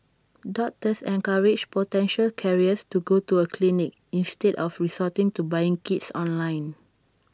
doctors encouraged potential carriers to go to A clinic instead of resorting to buying kits online